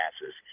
passes